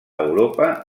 europa